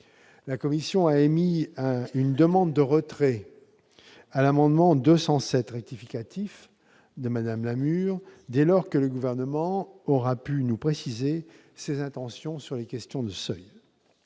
La commission sollicite le retrait de l'amendement n° 207 rectifié de Mme Lamure, dès lors que le Gouvernement aura pu nous préciser ses intentions sur les questions de seuils.